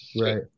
Right